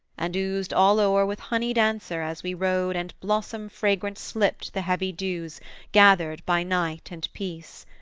and oozed all o'er with honeyed answer as we rode and blossom-fragrant slipt the heavy dews gathered by night and peace,